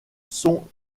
sont